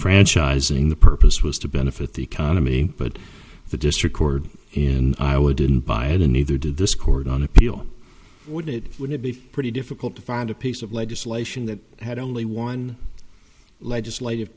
franchising the purpose was to benefit the economy but if a district court in iowa didn't buy it and neither did this court on appeal would it be pretty difficult to find a piece of legislation that had only one legislative